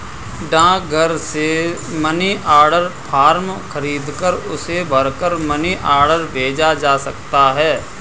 डाकघर से money order form खरीदकर उसे भरकर मनी ऑर्डर भेजा जा सकता है